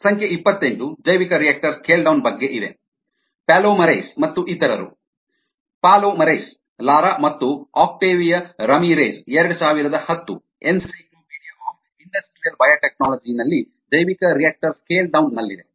ಸಂಖ್ಯೆ ಇಪ್ಪತ್ತೆಂಟು ಜೈವಿಕರಿಯಾಕ್ಟರ್ ಸ್ಕೇಲ್ ಡೌನ್ ಬಗ್ಗೆ ಇದೆ ಪಾಲೋಮರೆಸ್ ಮತ್ತು ಇತರರು ಪಾಲೋಮರೆಸ್ ಲಾರಾ ಮತ್ತು Octavio Ramirez 2010 encyclopedia of industrial biotechnology ಯಲ್ಲಿ ಜೈವಿಕರಿಯಾಕ್ಟರ್ ಸ್ಕೇಲ್ ಡೌನ್ ನಲ್ಲಿದೆ